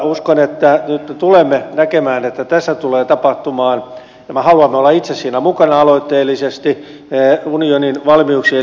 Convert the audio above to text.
uskon että nyt me tulemme näkemään että tässä tulee tapahtumaan ja me haluamme olla itse siinä mukana aloitteellisesti unionin valmiuksien lisäämisessä